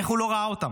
איך הוא לא ראה אותם?